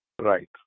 Right